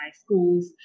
schools